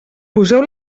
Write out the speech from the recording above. poseu